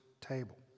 table